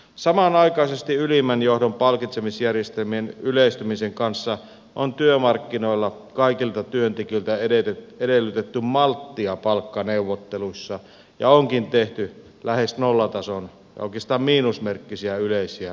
samanaikaisesti ylimmän johdon palkitsemisjärjestelmien yleistymisen kanssa on työmarkkinoilla kaikilta työntekijöiltä edellytetty malttia palkkaneuvotteluissa ja onkin tehty lähes nollatason tai oikeastaan miinusmerkkisiä yleisiä työehtosopimuksia